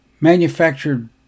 manufactured